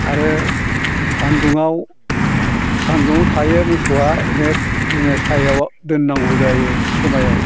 आरो सानदुंआव सानदुंआव थायो मोसौआ अनेक जोङो सायायाव दोननांगौ जायो समायाव